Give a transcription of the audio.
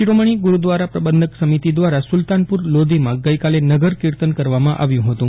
શિરોમણિ ગુરૂદ્વારા પ્રબંધક સમિતિ દ્વારા સુલતાનપુર લોધીમાં ગઈકાલે નગર કીર્તન કરવામાં આવ્યું હતું